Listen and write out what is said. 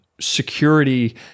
security